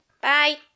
Bye